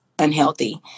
unhealthy